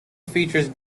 features